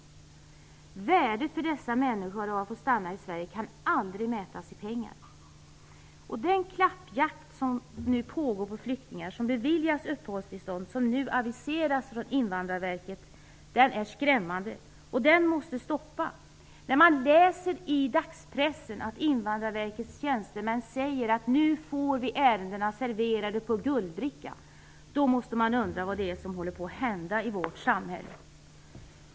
Värdet för dessa människor av att få stanna i Sverige kan aldrig mätas i pengar. Den klappjakt på flyktingar som beviljats uppehållstillstånd som nu aviserats från Invandrarverket är skrämmande och måste stoppas. När man läser i dagspressen att Invandrarverkets tjänstemän säger att de nu får ärendena serverade på guldbricka måste man undra vad som håller på att hända i vårt samhälle.